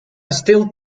still